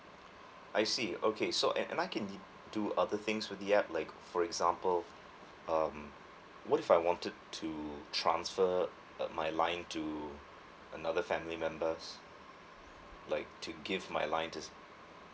I see okay so and I can do other things with the app like for example uh what if I wanted to transfer uh my line to another family members like to give my line this